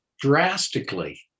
drastically